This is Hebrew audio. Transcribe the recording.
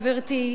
גברתי,